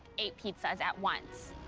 eight pizzas at once.